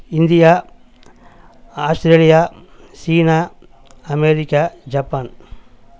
India Australia சீனா America Japan